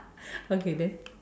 okay then